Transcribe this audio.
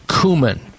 cumin